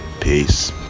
Peace